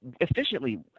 efficiently